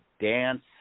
dance